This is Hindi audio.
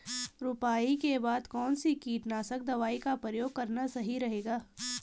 रुपाई के बाद कौन सी कीटनाशक दवाई का प्रयोग करना सही रहेगा?